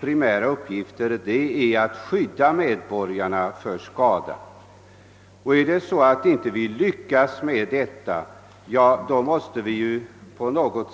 primära uppgifter är att skydda medborgarna för skada som de åsamkas till följd av andras brottsliga handlingar.